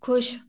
खुश